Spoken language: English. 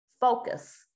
Focus